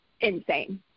insane